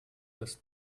das